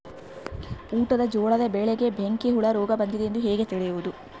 ಊಟದ ಜೋಳದ ಬೆಳೆಗೆ ಬೆಂಕಿ ಹುಳ ರೋಗ ಬಂದಿದೆ ಎಂದು ಹೇಗೆ ತಿಳಿಯುವುದು?